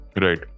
Right